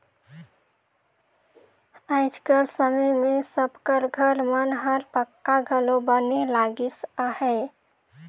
आएज कर समे मे सब कर घर मन हर पक्का घलो बने लगिस अहे